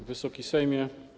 Wysoki Sejmie!